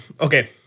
okay